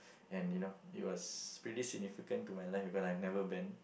and you know it was pretty significant to my life because I have never been